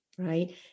right